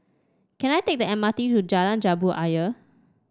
can I take the M R T to Jalan Jambu Ayer